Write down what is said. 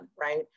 right